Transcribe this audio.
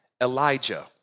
Elijah